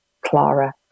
Clara